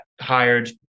hired